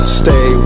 stay